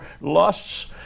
lusts